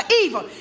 evil